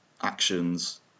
actions